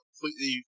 completely